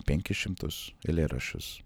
penkis šimtus eilėraščius